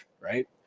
right